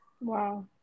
Wow